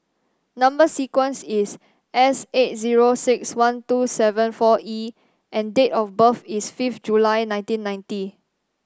number sequence is S eight zero six one two seven four E and date of birth is fifth July nineteen ninety